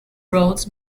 roads